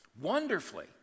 Wonderfully